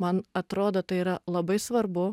man atrodo tai yra labai svarbu